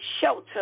shelter